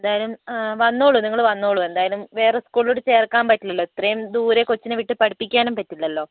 എന്തായാലും വന്നോളൂ നിങ്ങൾ വന്നോളൂ എന്തായാലും വേറെ സ്കൂളിലോട്ട് ചേർക്കാൻ പറ്റില്ലല്ലോ ഇത്രയും ദൂരെ കൊച്ചിനെ വിട്ട് പഠിപ്പിക്കാനും പറ്റില്ലല്ലോ